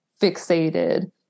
fixated